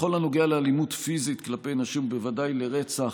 בכל הנוגע לאלימות פיזית כלפי נשים, בוודאי לרצח,